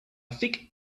thick